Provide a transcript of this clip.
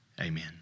amen